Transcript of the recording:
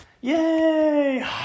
yay